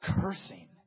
cursing